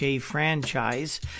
franchise